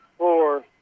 Four